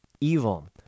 evil